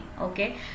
okay